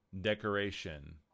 Decoration